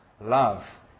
love